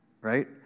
right